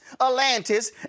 Atlantis